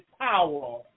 power